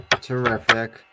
Terrific